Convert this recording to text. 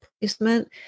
placement